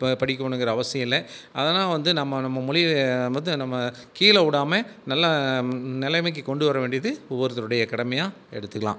படிக்கினுங்கிற அவசியம் இல்லை அதெலாம் வந்து நம்ப மொழியை வந்து நம்ப கீழவிடாம நல்ல நிலமைக்கு கொண்டு வர வேண்டியது ஒவ்வொருத்தறோடய கடமையாக எடுத்துகுலாம்